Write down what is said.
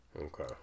Okay